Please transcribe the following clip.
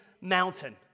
mountain